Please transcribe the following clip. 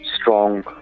strong